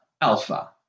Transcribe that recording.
Alpha